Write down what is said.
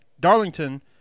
Darlington